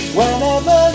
whenever